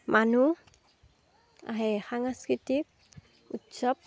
মানুহ আহে সাংস্কৃতিক উৎসৱ